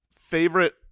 favorite